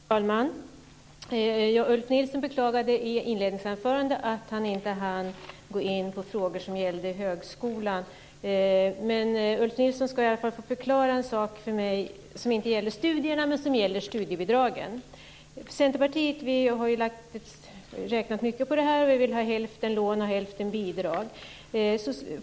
Fru talman! Ulf Nilsson beklagade i inledningsanförandet att han inte hann gå in på frågor som gällde högskolan. Men han ska i alla fall få förklara en sak för mig som inte gäller studierna men som gäller studiebidragen. I Centerpartiet har vi räknat mycket på det här, och vi vill ha hälften lån och hälften bidrag.